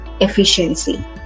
efficiency